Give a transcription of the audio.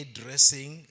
dressing